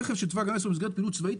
הרכב של צה"ל במסגרת פעילות צבאית,